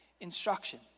instruction